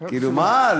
כאילו מה?